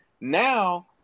Now